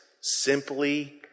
simply